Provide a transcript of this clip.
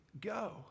go